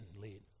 lead